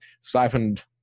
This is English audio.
siphoned